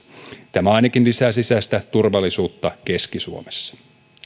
tämä ainakin lisää sisäistä turvallisuutta keski suomessa